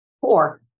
Four